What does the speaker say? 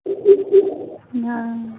हँ